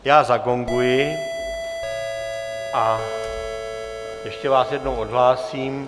Já zagonguji, ještě vás jednou odhlásím.